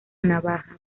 navaja